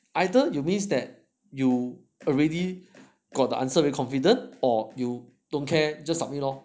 either you miss that you already got the answer very confident or you don't care just submit lor